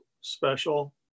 special